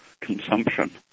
consumption